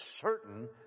certain